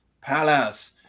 Palace